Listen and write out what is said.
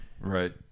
right